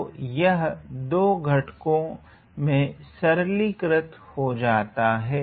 तो यह 2 घटको में सरलीकरत हो जाता है